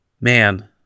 Man